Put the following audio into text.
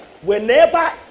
Whenever